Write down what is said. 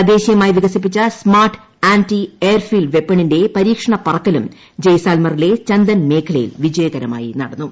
തദ്ദേശീയമായി വികസിപ്പിച്ച smart anti airfield വെപ്പണിന്റെ പരീക്ഷണ പറക്കലും ജെയ്സാൽമറിലെ ചന്ദൻ മേഖലയിൽ വിജയകരമായി നടന്നു